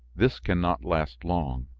this can not last long.